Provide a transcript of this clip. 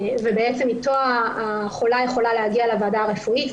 ובעצם איתו החולה יכולה להגיע לוועדה הרפואית,